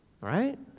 right